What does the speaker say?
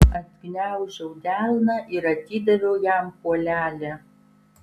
atgniaužiau delną ir atidaviau jam kuolelį